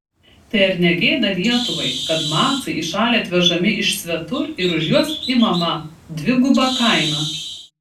tai ar ne gėda lietuvai kad macai į šalį atvežami iš svetur ir už juos imama dviguba kaina